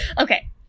Okay